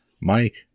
Mike